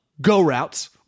go-routes